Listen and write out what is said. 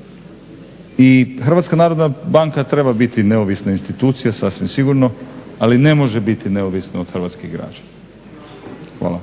najveća dvojba. I HNB treba biti neovisna institucija sasvim sigurno, ali ne može biti neovisna od hrvatskih građana. Hvala.